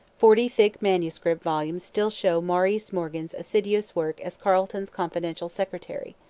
forty thick manuscript volumes still show maurice morgan's assiduous work as carleton's confidential secretary.